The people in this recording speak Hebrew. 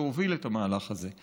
להוביל את המהלך הזה.